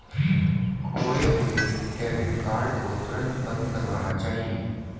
खोये हुए debit card को तुरंत बंद करवाना चाहिए